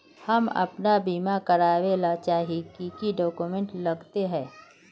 हम अपन बीमा करावेल चाहिए की की डक्यूमेंट्स लगते है?